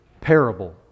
parable